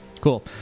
Cool